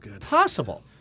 possible